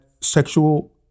sexual